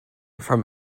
from